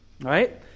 right